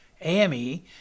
AME